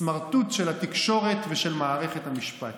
סמרטוט של התקשורת ושל מערכת המשפט.